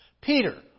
Peter